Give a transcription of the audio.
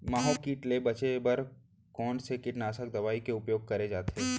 माहो किट ले बचे बर कोन से कीटनाशक दवई के उपयोग करे जाथे?